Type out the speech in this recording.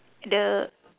the